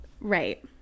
Right